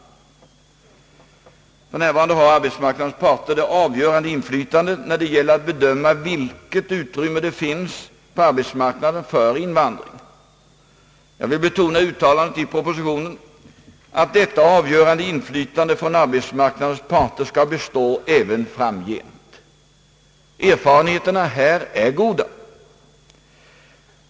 För närvarande har arbetsmarknadens parter det avgörande inflytandet när det gäller att bedöma vilket utrymme som finns på arbetsmarknaden för invandringen. Jag vill betona uttalandet i propositionen att detta avgörande inflytande från arbetsmarknadens parter skall bestå även framgent. Erfarenheterna här är goda.